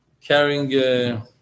carrying